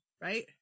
right